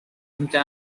pumpkin